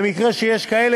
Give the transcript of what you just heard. במקרים כאלה,